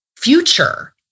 future